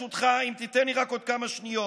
ברשותך, אם תיתן לי רק עוד כמה שניות.